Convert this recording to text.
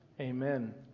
Amen